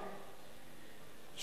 שמתקיימת גם בבית הזה,